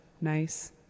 nice